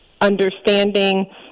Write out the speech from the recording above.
understanding